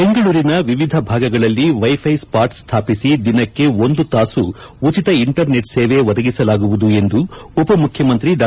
ಬೆಂಗಳೂರಿನ ವಿವಿಧ ಭಾಗಗಳಲ್ಲಿ ವೈಫೈ ಸ್ವಾಟ್ ಸ್ಥಾಪಿಸಿ ದಿನಕ್ಕೆ ಒಂದು ತಾಸು ಉಚಿತ ಇಂಟರ್ ನೆಟ್ ಸೇವೆ ದಗಿಸಲಾಗುವುದು ಎಂದು ಉಪ ಮುಖ್ಯಮಂತ್ರಿ ಡಾ